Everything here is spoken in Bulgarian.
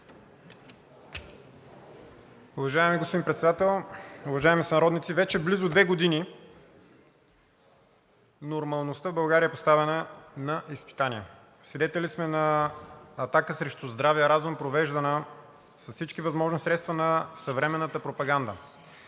Уважаеми господин Председател, уважаеми сънародници! Вече близо две години нормалността в България е поставена на изпитание. Свидетели сме на атака срещу здравия разум, провеждана с всички възможни средства на съвременната пропаганда.